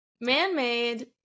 Man-made